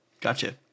gotcha